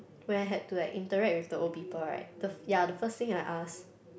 where I had to like interact with the old people right the f~ ya the first thing I ask